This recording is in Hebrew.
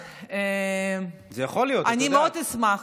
תראה, אני מאוד אשמח.